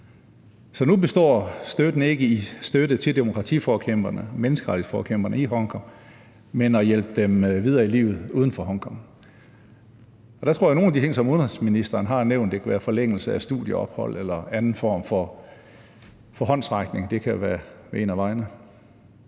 Så nu består støtten ikke i støtte til demokrati- og menneskerettighedsforkæmperne i Hongkong, men i at hjælpe dem videre i livet uden for Hongkong. Og der tror jeg, at nogle af de ting, som udenrigsministeren har nævnt – det kan være forlængelse af studieophold eller andre former for håndsrækning – kan være nogle af de